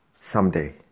someday